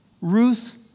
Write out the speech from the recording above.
Ruth